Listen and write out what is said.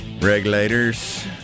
Regulators